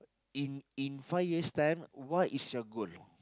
in in five years time what is your goal